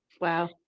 wow